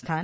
स्थान